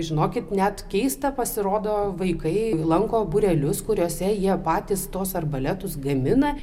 žinokit net keista pasirodo vaikai lanko būrelius kuriuose jie patys tuos arbaletus gamina